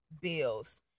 bills